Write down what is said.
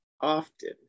often